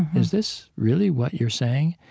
is this really what you're saying?